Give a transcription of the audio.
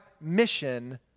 mission